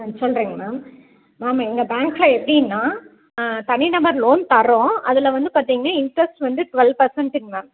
ஆ சொல்கிறேங்க ma'am ma'am எங்கள் பேங்க்கில் எப்படின்னா ஆ தனிநபர் லோன் தர்றோம் அதில் வந்து பார்த்தீங்கன்னா இன்ட்ரஸ்ட் வந்து டுவெல் பர்சன்ட்டுங்க மேம்